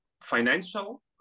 financial